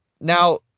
now